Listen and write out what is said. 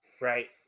right